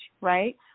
right